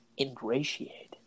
Ingratiate